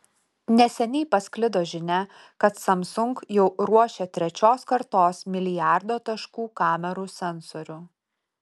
neseniai pasklido žinia kad samsung jau ruošia trečios kartos milijardo taškų kamerų sensorių